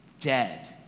dead